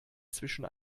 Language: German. zwischen